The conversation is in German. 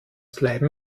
bleiben